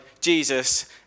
Jesus